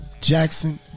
Jackson